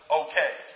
okay